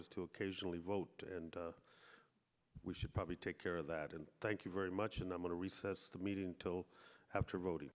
is to occasionally vote and we should probably take care of that and thank you very much and i'm going to recess the meeting till after voting